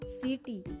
city